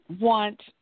want